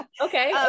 Okay